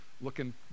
looking